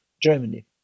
Germany